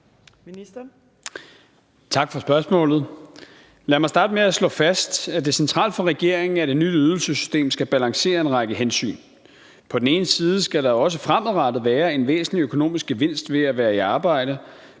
Tak for spørgsmålet. Lad mig starte med at slå fast, at det er centralt for regeringen, at et nyt ydelsessystem skal balancere en række hensyn. På den ene side skal der også fremadrettet være en væsentlig økonomisk gevinst ved at være i arbejde;